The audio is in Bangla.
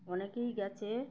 অনেকেই গিয়েছে